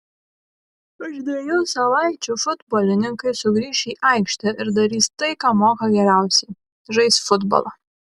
už dviejų savaičių futbolininkai sugrįš į aikštę ir darys tai ką moka geriausiai žais futbolą